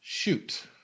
Shoot